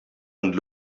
and